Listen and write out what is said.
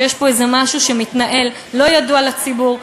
שיש פה איזה משהו שמתנהל ולא ידוע לציבור.